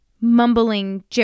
mumbling